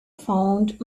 found